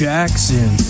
Jackson